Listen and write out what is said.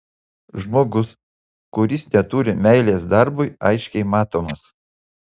žmogus kuris neturi meilės darbui aiškiai matomas